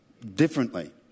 differently